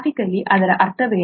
graphically ಇದರ ಅರ್ಥವೇನು